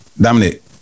Dominic